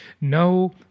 No